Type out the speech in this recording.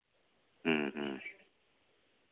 ᱦᱮᱸ ᱦᱮᱸ